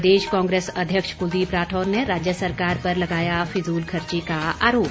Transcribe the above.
प्रदेश कांग्रेस अध्यक्ष कुलदीप राठौर ने राज्य सरकार पर लगाया फिजूलखर्ची का आरोप